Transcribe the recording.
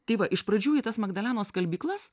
tai va iš pradžių į tas magdalenos skalbyklas